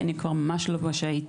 כי אני ממש לא מה שהייתי.